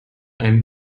einem